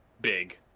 big